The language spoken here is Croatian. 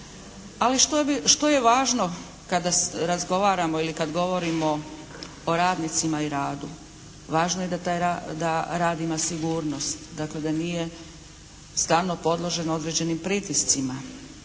Ali što je važno kada razgovaramo ili kada govorimo o radnicima i radu? Važno je da rad ima sigurnost, dakle da nije stalno podložen određenim pritiscima.